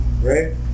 right